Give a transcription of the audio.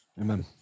Amen